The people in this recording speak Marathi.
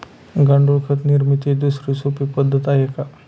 गांडूळ खत निर्मितीची दुसरी सोपी पद्धत आहे का?